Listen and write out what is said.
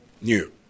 new